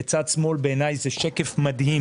זה שקף מדהים